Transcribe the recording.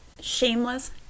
shameless